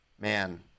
man